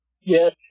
yes